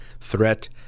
threat